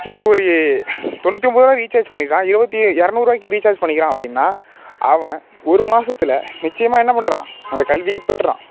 இன்றைக்கு ஒரு தொண்ணூற்றி ஒன்பது ரூபாய் ரீசார்ஜ் பண்ணிடுறான் இருபத்தி இரநூறு ரூபாய்க்கு ரீசார்ஜ் பண்ணிக்கிறான் அப்படின்னா அவன் ஒரு மாசத்தில் நிச்சயமாக என்ன பண்ணுறான் அந்தக் கல்வியை பெற்றுடுறான்